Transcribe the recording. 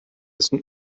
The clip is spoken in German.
essen